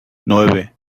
nueve